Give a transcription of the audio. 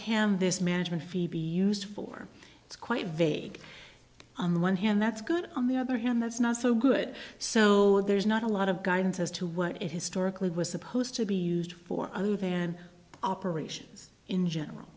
can this management fee be used for it's quite vague on the one hand that's good on the other hand that's not so good so there's not a lot of guidance as to what it historically was supposed to be used for and operations in general